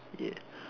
yes